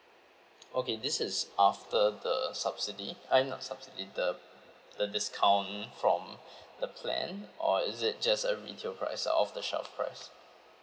okay this is after the subsidy eh not subsidy the the discount from the plan or is it just a retail price off the shelf price